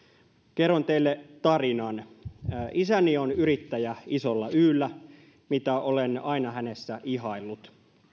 kerron teille tarinan isäni on yrittäjä isolla yllä mitä olen aina hänessä ihaillut